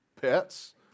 Pets